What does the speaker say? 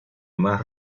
más